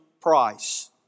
price